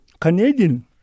Canadian